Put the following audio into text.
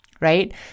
right